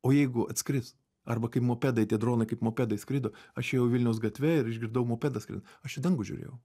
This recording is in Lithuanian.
o jeigu atskris arba kaip mopedai tie dronai kaip mopedai skrido aš ėjau vilniaus gatve ir išgirdau mopedas skrido aš į dangų žiūrėjau